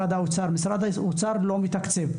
הבעיה הזאת נתקעת במשרד האוצר, כי הוא לא מתקצב.